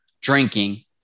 drinking